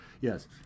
Yes